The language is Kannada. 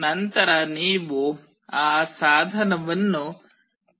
ನಂತರ ನೀವು ಆ ಸಾಧನವನ್ನು ಆರಿಸಬೇಕಾಗುತ್ತದೆ